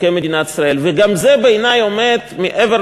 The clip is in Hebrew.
כמדינת ישראל, וגם זה בעיני עומד מעבר